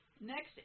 Next